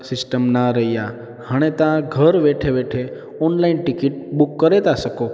system न रही आहे हाणे तव्हां घर वेठे वेठे ऑनलाइन टिकिट बुक करे था सघो